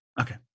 Okay